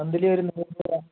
monthly ഒരു നൂറു രുപ